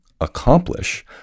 accomplish